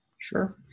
Sure